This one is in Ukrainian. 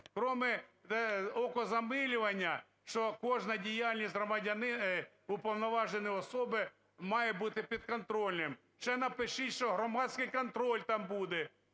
крім окозамилювання, що кожна діяльність уповноваженої особи має бути підконтрольною. Ще напишіть, що громадський контроль там буде